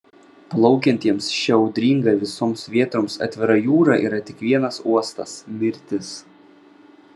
plaukiantiems šia audringa visoms vėtroms atvira jūra yra tik vienas uostas mirtis